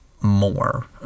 more